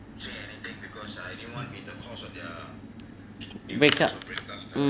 break up